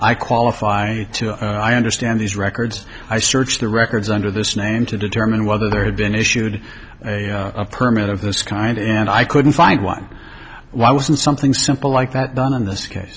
i qualify to i understand these records i searched the records under this name to determine whether there had been issued a permit of this kind and i couldn't find one why wasn't something simple like that done in this case